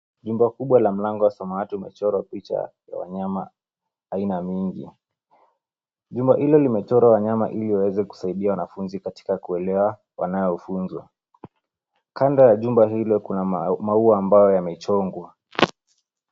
Jumba kubwa la mlango wa samawati umechorwa picha ya wanyama aina nyingi. Jumba hilo limechorwa wanyama ili iweze kusaidia wanafunzi katika kuelewa wanayofunzwa. Kando ya jumba hilo kuna maua ambayo yamechongwa.